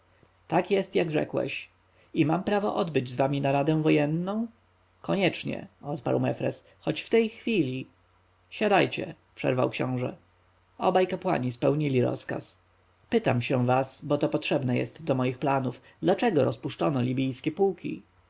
tak jest jak rzekłeś i mam prawo odbyć z wami naradę wojenną koniecznie odparł mefres choć w tej chwili siadajcie przerwał książę obaj kapłani spełnili rozkaz pytam się was bo to potrzebne jest do moich planów dlaczego rozpuszczono libijskie pułki